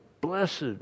blessed